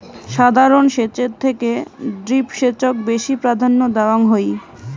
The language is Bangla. সাধারণ সেচের থেকে ড্রিপ সেচক বেশি প্রাধান্য দেওয়াং হই